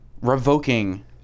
revoking